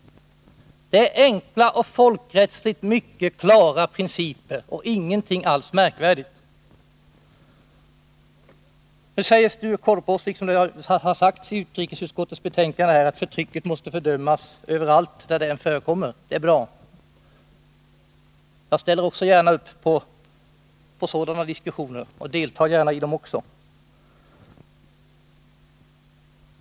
Det är enkla och folkrättsligt mycket klara principer och ingenting märkvärdigt. Nu säger Sture Korpås, och det står också i utskottets betänkande, att förtryck måste fördömas var det än förekommer. Det är bra. Jag accepterar gärna sådana diskussioner och deltar också gärna i dem.